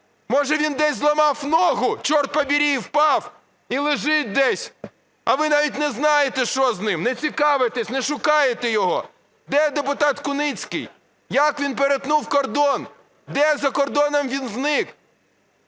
Може він десь зламав ногу – чорт побери і впав, і лежить десь, а ви навіть не знаєте, що з ним, не цікавитесь, не шукаєте його. Де депутат Куницький? Як він перетнув кордон? Де за кордоном він зник?